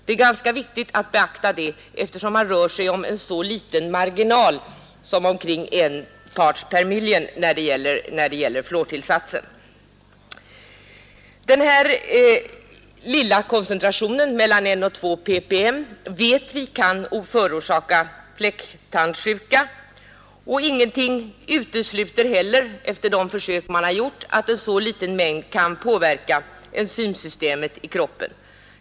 Det är ganska viktigt att beakta det, eftersom det rör sig om en så liten marginal som en ppm när det gäller fluortillsatsen. Vi vet att den lilla koncentration som ligger mellan 1 och 2 ppm kan orsaka fläcktandsjuka, och ingenting utesluter heller — efter de försök man har gjort — att en så liten mängd kan påverka enzymsystemet i kroppen.